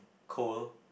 cold